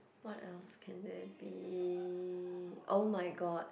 what else can there be oh-my-god